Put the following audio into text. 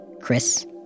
Chris